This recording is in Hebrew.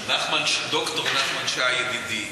ד"ר נחמן שי ידידי